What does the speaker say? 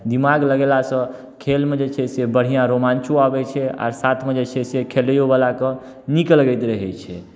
दिमाग लगयलासँ खेलमे जे छै से बढ़िआँ रोमाञ्चो अबै छै आ साथमे जे छै से खेलैओवला कऽ नीक लगैत रहै छै